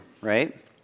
right